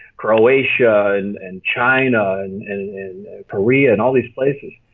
croatia and and china and and and korea and all these places.